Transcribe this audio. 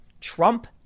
Trump